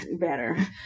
better